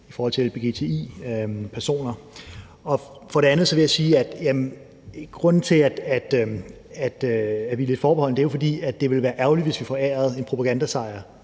i Polen af lgbti-personer. For det andet vil jeg sige, at grunden til, at vi er lidt forbeholdne, er, at det ville være ærgerligt, hvis vi forærede en propagandasejr